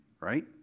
right